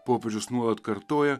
popiežius nuolat kartoja